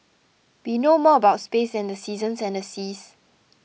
we know more about space than the seasons and the seas